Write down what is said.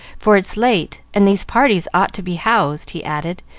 for it's late, and these parties ought to be housed, he added,